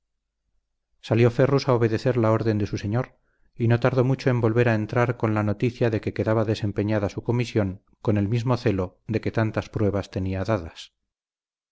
salió ferrus a obedecer la orden de su señor y no tardó mucho en volver a entrar con la noticia de que quedaba desempeñada su comisión con el mismo celo de que tantas pruebas tenía dadas